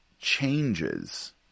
changes